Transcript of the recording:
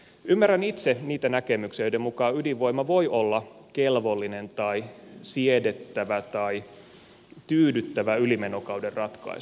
ymmärrän itse niitä näkemyksiä joiden mukaan ydinvoima voi olla kelvollinen tai siedettävä tai tyydyttävä ylimenokauden ratkaisu